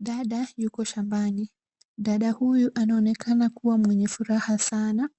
Dada yuko shambani. Dada huyu anaonekana kuwa mwenye furaha sana.